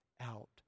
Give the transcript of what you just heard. out